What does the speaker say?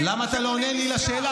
עסקה --- למה אתה לא עונה לי על השאלה?